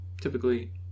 Typically